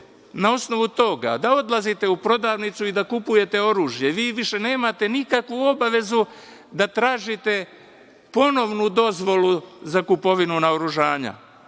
na osnovu toga da odlazite u prodavnicu i da kupujete oružje. Vi više nemate nikakvu obavezu da tražite ponovo dozvolu za kupovinu naoružanja,